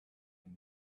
from